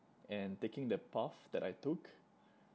and taking the path that I took